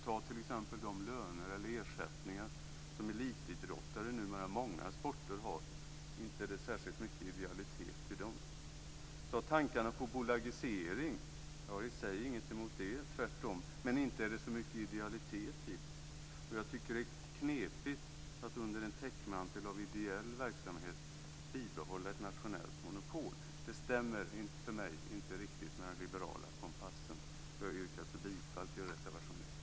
Ta t.ex. de löner eller ersättningar som elitidrottare i många sporter numera har - inte är det särskilt mycket idealitet i det. Eller ta tankarna på bolagisering. Jag har i och för sig inget emot det - tvärtom - men inte är det så mycket idealitet i det. Jag tycker att det är knepigt att under en täckmantel av ideell verksamhet behålla ett nationellt monopol. För mig stämmer det inte riktigt med den liberala kompassen. Jag yrkar alltså bifall till reservation 1.